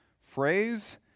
phrase